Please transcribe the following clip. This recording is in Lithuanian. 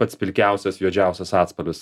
pats pilkiausias juodžiausias atspalvis